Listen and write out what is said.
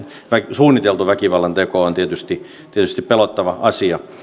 suunniteltu väkivallanteko on tietysti tietysti pelottava asia